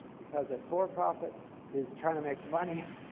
because a for-profit is trying to make money,